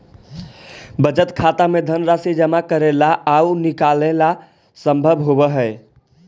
बचत खाता में धनराशि जमा करेला आउ निकालेला संभव होवऽ हइ